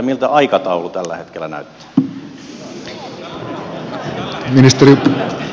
miltä aikataulu tällä hetkellä näyttää